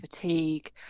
fatigue